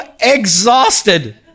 exhausted